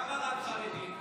אז למה רק חרדים?